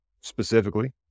specifically